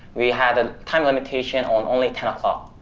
we had a time limitation on only ten o'clock.